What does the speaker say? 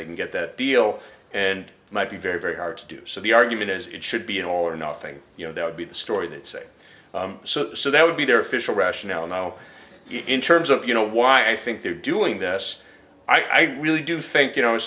they can get that deal and it might be very very hard to do so the argument as it should be an all or nothing you know that would be the story that say so so that would be their fishel rationale now in terms of you know why i think they're doing this i really do think you know